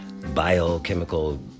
biochemical